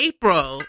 April